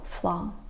flaw